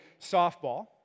softball